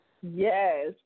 Yes